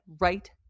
right